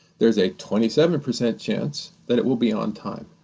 there's a twenty seven percent chance that it will be on time,